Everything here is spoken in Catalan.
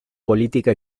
política